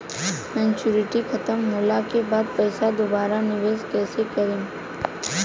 Maturity खतम होला के बाद पईसा दोबारा निवेश कइसे करेम?